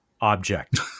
object